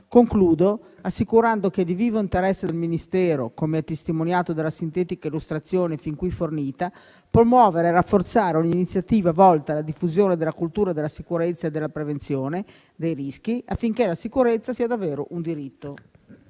Concludo assicurando che è di vivo interesse del Ministero, come testimoniato dalla sintetica illustrazione fin qui fornita, promuovere e rafforzare ogni iniziativa volta alla diffusione della cultura della sicurezza e della prevenzione dei rischi, affinché la sicurezza sia davvero un diritto.